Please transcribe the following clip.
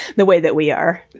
the way that we are